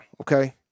okay